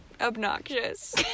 obnoxious